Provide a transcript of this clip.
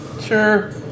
Sure